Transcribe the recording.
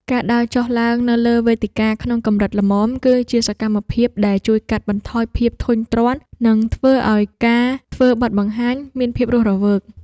ការដើរចុះឡើងនៅលើវេទិកាក្នុងកម្រិតល្មម គឺជាសកម្មភាពដែលជួយកាត់បន្ថយភាពធុញទ្រាន់ និងធ្វើឱ្យការធ្វើបទបង្ហាញមានភាពរស់រវើក។